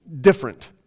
different